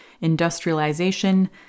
industrialization